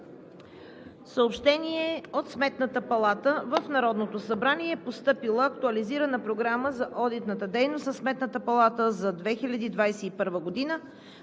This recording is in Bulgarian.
съобщение: от Сметната палата в Народното събрание е постъпила Актуализирана програма за одитната дейност на Сметната палата за 2021 г.